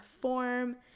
form